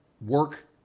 work